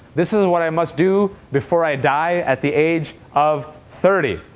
this is what i must do before i die at the age of thirty.